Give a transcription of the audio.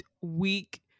Week